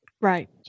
Right